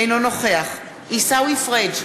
אינו נוכח עיסאווי פריג'